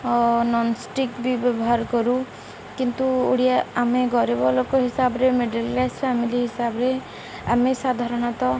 non stick ବି ବ୍ୟବହାର କରୁ କିନ୍ତୁ ଓଡ଼ିଆ ଆମେ ଗରିବ ଲୋକ ହିସାବରେ ମିଡ଼ିଲ୍ କ୍ଲାସ୍ ଫ୍ୟାମିଲି ହିସାବରେ ଆମେ ସାଧାରଣତଃ